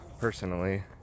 personally